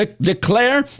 declare